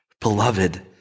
Beloved